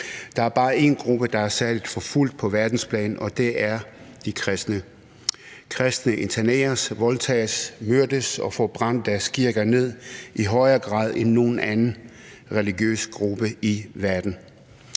Der er bare en gruppe, der er særlig forfulgt, på verdensplan, og det er de kristne. De kristne interneres, voldtages, myrdes og får brændt deres kirker ned i højere grad end nogen anden religiøs gruppe i verden.